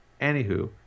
anywho